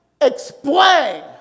explain